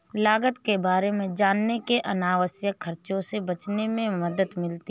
लागत के बारे में जानने से अनावश्यक खर्चों से बचने में मदद मिलती है